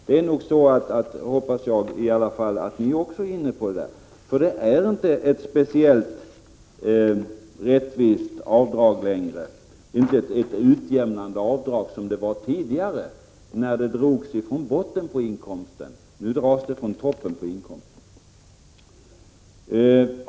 Det är nog så — det hoppas jag i alla fall — att ni också är inne på det. För det är inte längre ett speciellt rättvist avdrag. Det är inte ett utjämnande avdrag, som det var tidigare när det drogs från botten på inkomsten. Nu dras det från toppen på inkomsten.